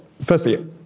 firstly